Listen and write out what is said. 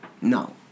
No